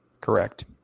Correct